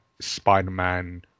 spider-man